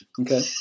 Okay